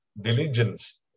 diligence